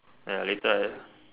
ya later